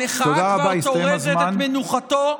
המחאה כבר טורדת את מנוחתו,